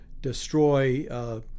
destroy